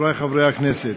חברי חברי הכנסת,